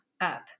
up